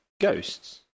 ghosts